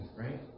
right